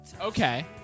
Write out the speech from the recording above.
Okay